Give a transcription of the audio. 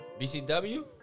BCW